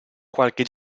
qualche